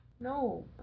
No